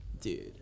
dude